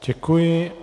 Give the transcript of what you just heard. Děkuji.